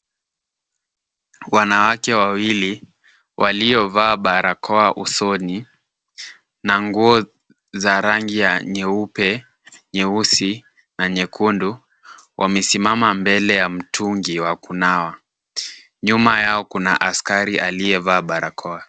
Wanawake wawili waliovaa barakoa usoni na nguo za rangi ya nyeupe, nyeusi na nyekundu wamesimama mbele ya mtungi wa kunawa. Nyuma yao kuna askari aliyevaa barakoa.